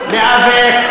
מה זה?